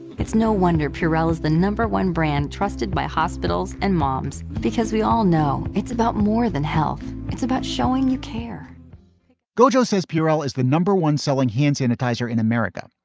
it's no wonder purell is the number one brand trusted by hospitals and moms, because we all know it's about more than health. it's about showing you care gojo says purell is the number one selling hand sanitizer in america,